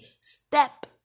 step